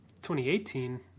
2018